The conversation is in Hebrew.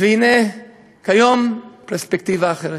והנה כיום, פרספקטיבה אחרת.